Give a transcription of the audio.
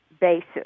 basis